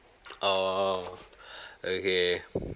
oh okay